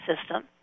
system